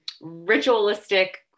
ritualistic